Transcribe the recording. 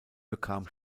bekam